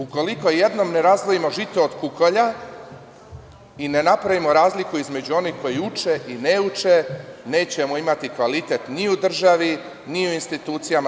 Ukoliko jednom ne razdvojimo žito od kukolja i ne napravimo razliku između onih koji uče i ne uče, nećemo imati kvalitet ni u državi ni u institucijama.